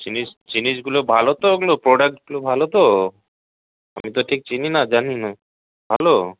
জিনিস জিনিসগুলো ভালো তো ওগুলো প্রোডাক্টগুলো ভালো তো আমি তো ঠিক চিনি না জানি না ভালো